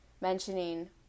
mentioning